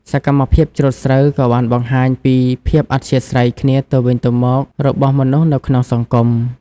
សកម្មភាពច្រូតស្រូវក៏បានបង្ហាញពីភាពអាស្រ័យគ្នាទៅវិញទៅមករបស់មនុស្សនៅក្នុងសង្គម។